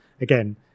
Again